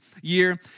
year